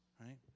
Right